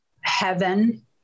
heaven